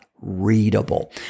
readable